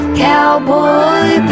cowboy